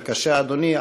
בבקשה, אדוני.